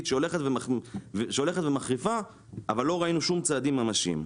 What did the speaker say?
שהולכת ומחריפה אבל לא ראינו שום צעדים ממשיים.